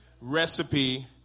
recipe